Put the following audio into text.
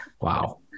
Wow